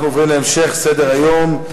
אנחנו עוברים להמשך סדר-היום.